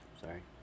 Sorry